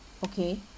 okay